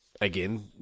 again